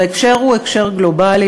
וההקשר הוא הקשר גלובלי,